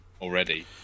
already